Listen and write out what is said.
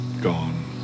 gone